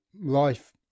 life